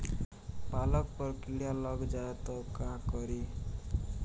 पालक पर कीड़ा लग जाए त का करी?